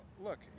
look